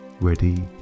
ready